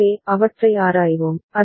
எனவே அவற்றை ஆராய்வோம்